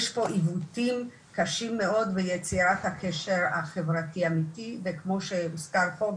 יש פה עיוותים קשים מאוד ביצירת הקשר החברתי האמיתי וכמו שהוזכר פה,